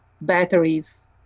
batteries